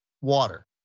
water